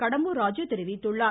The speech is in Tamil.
கடம்பூர் ராஜு தெரிவித்துள்ளார்